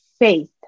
faith